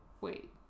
wait